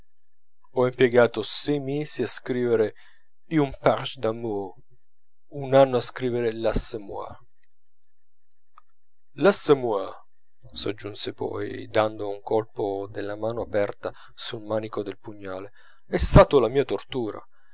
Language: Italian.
ho impiegato sei mesi a scrivere une page d'amour un anno a scriver l'assommoir l'assommoir soggiunse poi dando un colpo della mano aperta sul manico del pugnale è stato la mia tortura